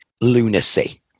lunacy